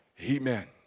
Amen